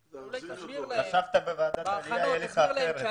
חשבת שבוועדת עלייה יהיה לך אחרת.